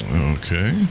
Okay